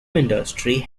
industry